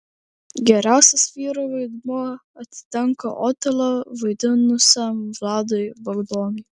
geriausias vyro vaidmuo atiteko otelą vaidinusiam vladui bagdonui